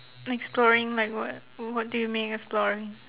exploring like what or what do you mean exploring